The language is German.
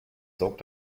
sorgt